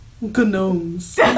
Gnomes